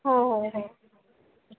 हो हो हो